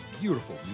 Beautiful